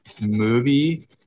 movie